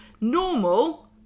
normal